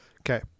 Okay